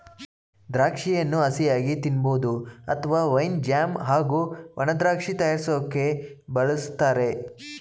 ದ್ರಾಕ್ಷಿಯನ್ನು ಹಸಿಯಾಗಿ ತಿನ್ಬೋದು ಅತ್ವ ವೈನ್ ಜ್ಯಾಮ್ ಹಾಗೂ ಒಣದ್ರಾಕ್ಷಿ ತಯಾರ್ರ್ಸೋಕೆ ಬಳುಸ್ತಾರೆ